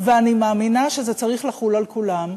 ואני מאמינה שזה צריך לחול על כולם.